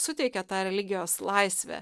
suteikia tą religijos laisvę